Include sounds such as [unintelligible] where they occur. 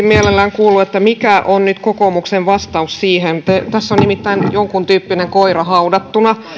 [unintelligible] mielelläni kuullut mikä on nyt kokoomuksen vastaus siihen tässä on nimittäin jonkintyyppinen koira haudattuna